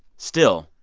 still,